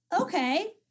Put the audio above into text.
okay